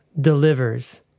Delivers